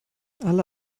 alle